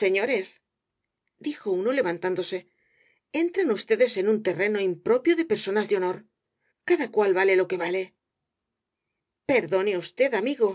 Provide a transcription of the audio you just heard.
señores dijo uno levantándose entran ustedes en un terreno impropio de personas de honor cada cual vale lo que vale perdone usted amigo